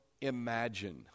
imagine